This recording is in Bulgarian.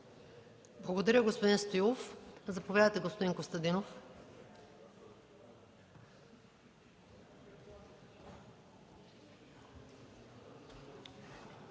Благодаря, господин Стоилов. Заповядайте, господин Костадинов.